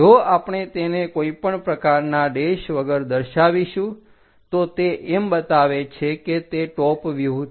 જો આપણે તેને કોઈપણ પ્રકારના ડેશ વગર દર્શાવીશું તો તે એમ બતાવે છે કે તે ટોપ વ્યુહ છે